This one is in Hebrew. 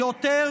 זה היה,